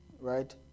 Right